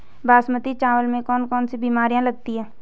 बासमती चावल में कौन कौन सी बीमारियां लगती हैं?